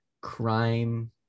crime